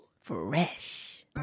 fresh